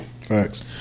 Facts